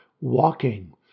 walking